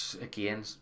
again